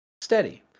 steady